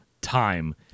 time